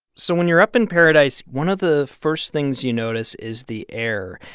so when you're up in paradise, one of the first things you notice is the air.